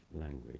language